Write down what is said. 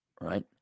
Right